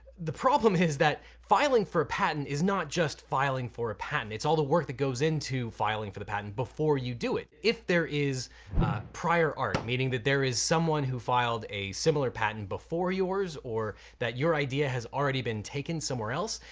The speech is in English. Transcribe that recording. the problem is that filing for a patent is not just filing for a patent, it's all the work that goes into filing for the patent before you do it. if there is prior art, meaning that there is someone who filed a similar patent before yours, or that your idea has already been taken somewhere else,